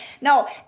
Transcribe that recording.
no